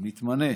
מתמנה